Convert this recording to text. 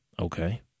Okay